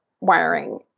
wiring